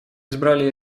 избрали